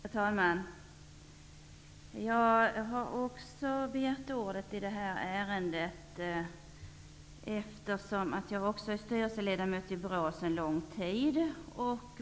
Herr talman! Jag har begärt ordet i detta ärende eftersom också jag är styrelseledamot i BRÅ sedan lång tid tillbaka.